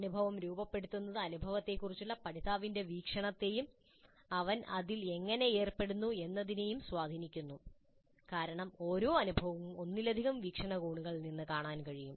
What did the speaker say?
അനുഭവം രൂപപ്പെടുത്തുന്നത് അനുഭവത്തെക്കുറിച്ചുള്ള പഠിതാവിന്റെ വീക്ഷണത്തെയും അവൻ അതിൽ എങ്ങനെ ഏർപ്പെടുന്നു എന്നതിനെയും സ്വാധീനിക്കുന്നു കാരണം ഓരോ അനുഭവവും ഒന്നിലധികം വീക്ഷണകോണുകളിൽ നിന്ന് കാണാൻ കഴിയും